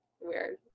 weird